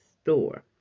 store